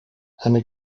eine